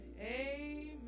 amen